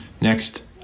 next